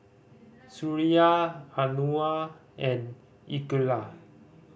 Suraya Anuar and Iqeelah